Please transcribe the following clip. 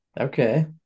Okay